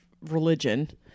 religion